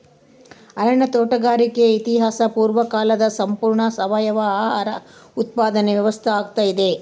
ಅರಣ್ಯ ತೋಟಗಾರಿಕೆ ಇತಿಹಾಸ ಪೂರ್ವಕಾಲದ ಸಂಪೂರ್ಣ ಸಾವಯವ ಆಹಾರ ಉತ್ಪಾದನೆ ವ್ಯವಸ್ಥಾ ಆಗ್ಯಾದ